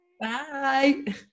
Bye